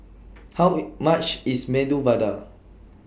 How IT much IS Medu Vada